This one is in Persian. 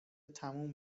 تموم